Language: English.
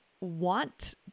want